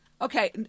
Okay